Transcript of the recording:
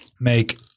make